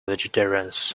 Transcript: vegetarians